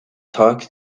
tucked